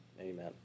amen